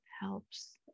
helps